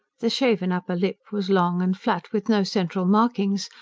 the shaven upper lid was long and flat, with no central markings,